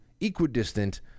equidistant